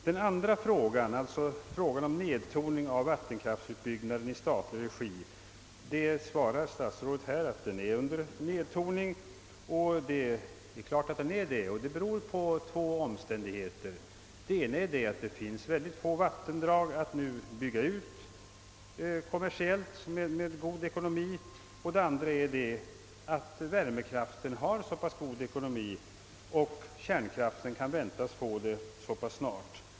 På min andra fråga — om nedtoningen av vattenkraftutbyggnaden i statlig regi — svarar statsrådet att vatten kraftandelen i statens vattenfallsverks utbyggnader sjunkit kraftigt under senare år. Och visst sker en sådan nedtoning. Denna har två orsaker. Den första är att det numera finns mycket få vattendrag att bygga ut kommersiellt med god ekonomi, den andra att värmekraften har så pass god ekonomi och kärnkraften kan väntas få det ganska snart.